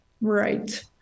Right